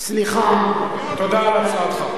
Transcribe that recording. תודה על הצעתך.